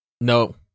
No